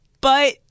But-